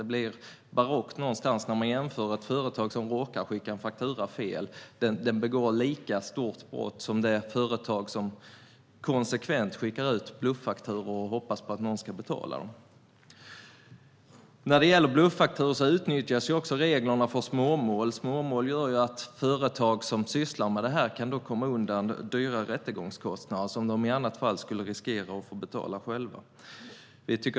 Det är barockt att ett företag som råkar skicka en faktura fel begår ett lika stort brott som ett företag som konsekvent skickar ut bluffakturor och hoppas att någon ska betala. När det gäller bluffakturor utnyttjas också reglerna för småmål, vilket innebär att företag som sysslar med detta kommer undan rättegångskostnader som de annars skulle få betala själva.